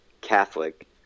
Catholic